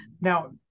now